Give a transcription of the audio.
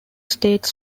state